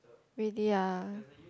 really ah